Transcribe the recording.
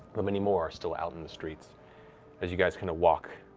but many more are still out in the streets as you guys kind of walk